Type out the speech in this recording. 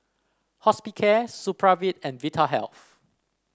Hospicare Supravit and Vitahealth